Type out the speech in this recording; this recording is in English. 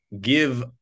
give